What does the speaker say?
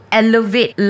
elevate